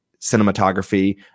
cinematography